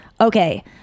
Okay